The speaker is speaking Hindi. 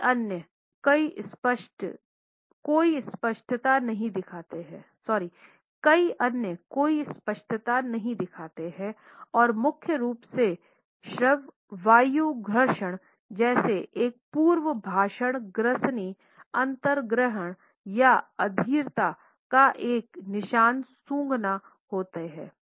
कई अन्य कोई स्पष्टता नहीं दिखाते हैं और मुख्य रूप से श्रव्य वायु घर्षण जैसे एक पूर्व भाषण ग्रसनी अंतर्ग्रहण या अधीरता का एक निशान सूँघना होते हैं